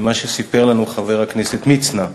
ממה שסיפר לנו חבר הכנסת מצנע.